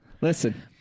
Listen